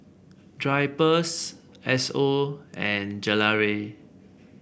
Drypers Esso and Gelare